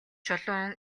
чулуун